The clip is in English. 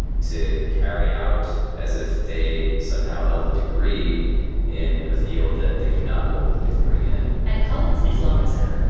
to carry out as if if they somehow held a degree in a field that they do not hold a degree in at khalid's islamic center,